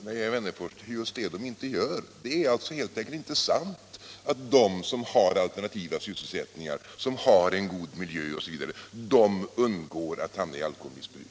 Herr talman! Nej, herr Wennerfors, det är just det de inte gör. Det är alltså helt enkelt inte sant att de som har alternativa sysselsättningar, god miljö osv. undgår att hamna i alkoholmissbruk.